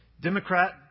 Democrat